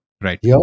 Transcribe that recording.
Right